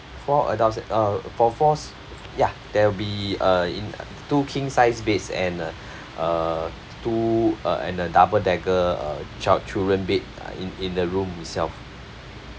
four adults uh for fours ya there will be uh in uh two king-sized beds and uh uh two uh and a double decker uh child children bed uh in in the room itself